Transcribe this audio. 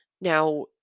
Now